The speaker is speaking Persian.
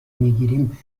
میگیریم